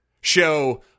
show